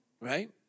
right